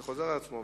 זה חוזר על עצמו,